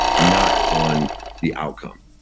not on the outcome.